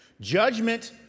Judgment